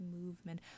movement